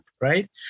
right